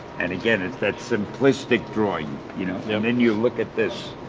and again, it's that simplistic drawing. you know yeah and then you look at this,